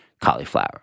cauliflower